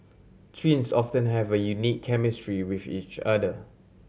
twins often have a unique chemistry with each other